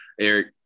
Eric